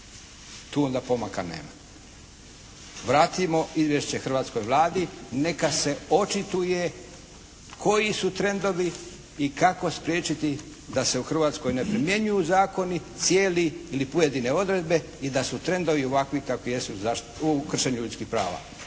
Tu onda pomaka nema. Vratimo izvješće hrvatskoj Vladi neka se očituje koji su trendovi i kako spriječiti da se u Hrvatskoj ne primjenjuju zakoni cijeli ili pojedine odredbe i da su trendovi ovakvi kakvi jesu u kršenju ljudskih prava.